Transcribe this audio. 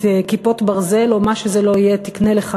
כיפות ברזל או מה שזה לא יהיה תקנה לך